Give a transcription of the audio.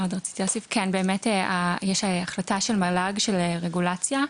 באמת ישנה החלטה של מל"ג, של רגולציה,